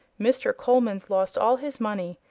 mr. coleman's lost all his money,